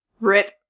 RIP